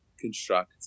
construct